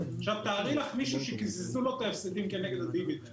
עכשיו תארי לך מישהו שקיזזו לו את ההפסדים כנגד הדיבידנד